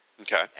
Okay